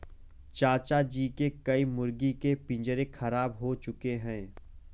चाचा जी के कई मुर्गी के पिंजरे खराब हो चुके हैं